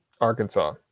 Arkansas